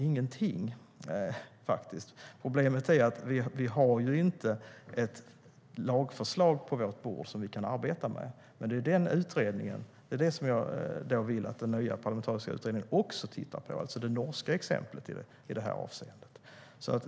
Ingenting, faktiskt. Problemet är att vi inte har ett lagförslag på vårt bord som vi kan arbeta med. Det är också detta jag vill att den nya parlamentariska utredningen ska titta på - det norska exemplet, i det här avseendet.